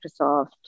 Microsoft